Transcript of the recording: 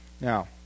Now